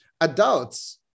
adults